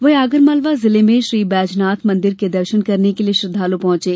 वहीं आगरमालवा जिले में श्री बैजनाथ मंदिर के दर्शन करने के लिये श्रद्वालू पहुंचे